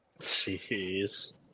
Jeez